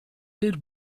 did